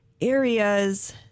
areas